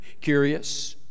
curious